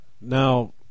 Now